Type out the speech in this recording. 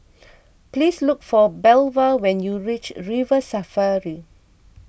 please look for Belva when you reach River Safari